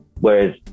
Whereas